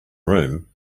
room